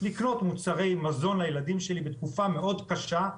לקנות מוצרי מזון לילדים שלי בתקופה מאוד קשה,